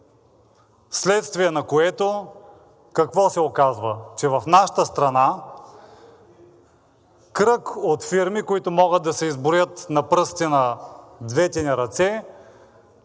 вследствие на което какво се оказва? Че в нашата страна кръг от фирми, които могат да се изброят на пръстите на двете ни ръце,